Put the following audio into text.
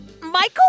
Michael